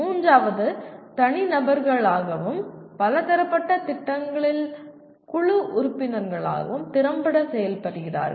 மூன்றாவது தனிநபர்களாகவும் பலதரப்பட்ட திட்டங்களில் குழு உறுப்பினர்களாகவும் திறம்பட செயல்படுகிறார்கள்